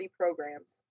programs